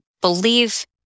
believe